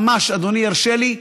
ממש בדקה, אדוני ירשה לי,